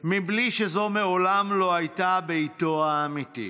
מבלי שזו מעולם הייתה ביתו האמיתי.